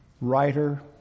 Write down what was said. writer